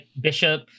bishop